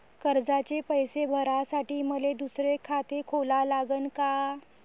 कर्जाचे पैसे भरासाठी मले दुसरे खाते खोला लागन का?